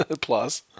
plus